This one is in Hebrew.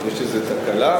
יש איזו תקלה?